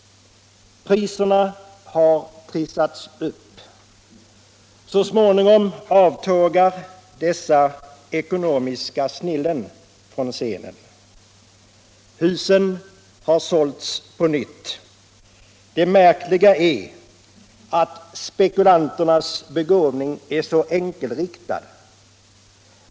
Priserna har trissats upp osv. Så småningom avtågar dessa ekonomiska snillen från scenen och husen säljs på nytt. Det märkliga är att spekulanternas begåvning är så enkelriktad.